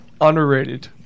Underrated